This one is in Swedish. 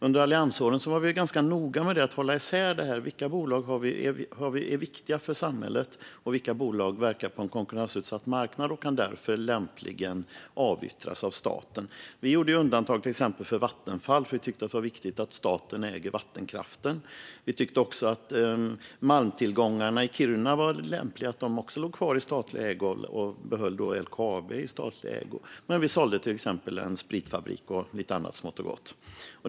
Under alliansåren var vi ganska noga med att hålla isär vilka bolag som är viktiga för samhället och vilka bolag som verkar på en konkurrensutsatt marknad och därför lämpligen kan avyttras av staten. Vi gjorde undantag till exempel för Vattenfall, för vi tyckte att det var viktigt att staten äger vattenkraften. Vi tyckte också att det var lämpligt att malmtillgångarna i Kiruna låg kvar i statlig ägo, och därför behöll vi LKAB i statlig ägo. Men vi sålde till exempel en spritfabrik och lite annat smått och gott.